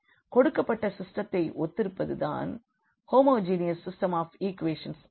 கொடுக்கப்பட்ட சிஸ்டெத்தை ஒத்திருப்பது தான் ஹோமோஜீனியஸ் சிஸ்டெம் ஆஃப் ஈக்குவேஷன்கள் ஆகும்